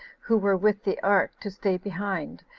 who were with the ark, to stay behind,